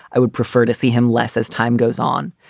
i would prefer to see him less as time goes on.